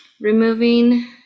removing